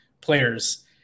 players